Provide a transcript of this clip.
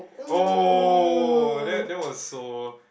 oh that that was so